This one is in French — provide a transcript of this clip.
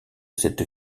cette